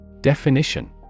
Definition